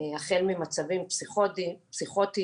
החל ממצבים פסיכוטיים,